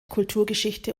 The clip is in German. kulturgeschichte